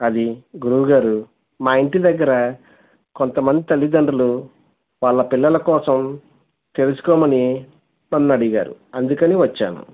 అది గురువుగారు మా ఇంటి దగ్గర కొంతమంది తల్లిదండ్రులు వాళ్ళ పిల్లల కోసం తెలుసుకోమని నన్ను అడిగారు అందుకని వచ్చాను